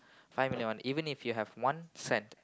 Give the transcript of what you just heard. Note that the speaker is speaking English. five million one even if you have one cent